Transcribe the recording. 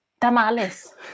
Tamales